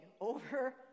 over